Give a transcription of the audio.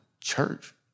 church